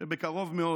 שבקרוב מאוד